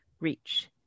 reach